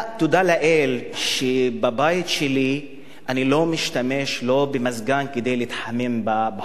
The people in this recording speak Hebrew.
תודה לאל שבבית שלי אני לא משתמש במזגן כדי להתחמם בחורף,